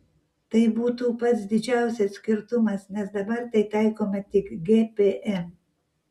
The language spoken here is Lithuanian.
tai būtų pats didžiausias skirtumas nes dabar tai taikoma tik gpm